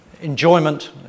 enjoyment